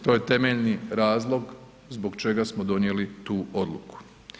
To je je temeljni razlog zbog čega smo donijeli tu odluku.